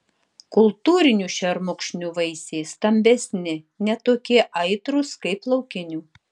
kultūrinių šermukšnių vaisiai stambesni ne tokie aitrūs kaip laukinių